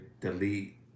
delete